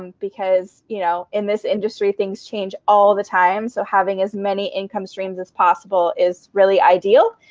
um because you know in this industry, things change all the time. so having as many income streams as possible is really ideal.